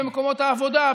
במקומות העבודה,